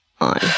on